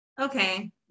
okay